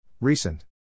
Recent